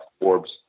Forbes